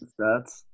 stats